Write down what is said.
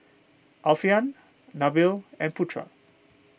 Alfian Nabil and Putra